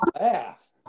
laugh